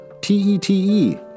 T-E-T-E